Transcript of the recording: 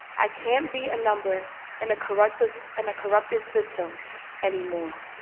i can't be a number in a corrupted and a corrupted system anymore.